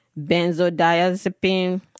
benzodiazepine